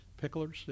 picklers